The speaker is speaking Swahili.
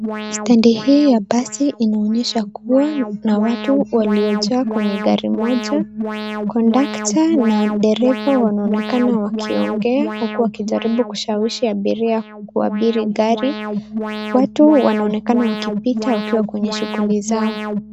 Stendi hii ya basi inaonyesha kua na watu waliojaa kwenye gari moja. Kondakta na dereva wanaonekana wakiongea, huku wakijaribu kushawishi abiria kuabiri gari. Watu wanaonekana wakipita wakiwa kwenye shughuli zao.